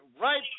right